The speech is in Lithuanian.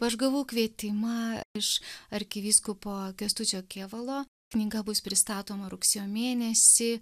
aš gavau kvietimą iš arkivyskupo kęstučio kėvalo knyga bus pristatoma rugsėjo mėnesį